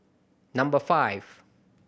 number five